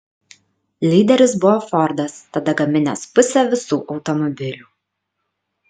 lyderis buvo fordas tada gaminęs pusę visų automobilių